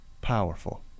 Powerful